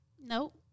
Nope